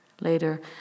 later